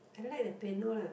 I like the piano lah